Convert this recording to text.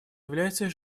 является